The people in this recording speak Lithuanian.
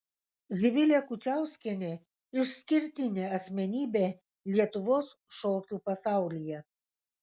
živilė kučauskienė išskirtinė asmenybė lietuvos šokių pasaulyje